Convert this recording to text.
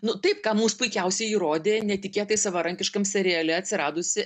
nu taip ką mums puikiausiai įrodė netikėtai savarankiškam seriale atsiradusi